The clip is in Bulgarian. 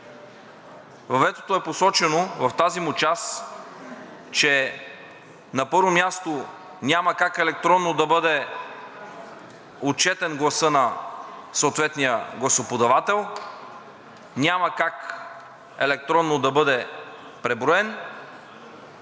Във ветото е посочено, в тази му част, че, на първо място, няма как електронно да бъде отчетен гласът на съответния гласоподавател, няма как електронно да бъде преброен,